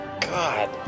God